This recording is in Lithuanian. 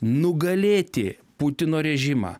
nugalėti putino režimą